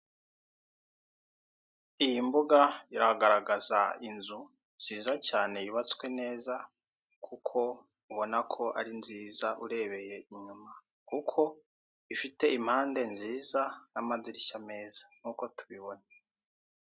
Iyi mbuga iragaragaza inzu nziza cyane yubatswe neza, kuko ubona ko ari nziza urebeye inyuma. Kuko ifite impande nziza n'amadirishya meza nk'uko tubibona.